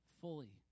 fully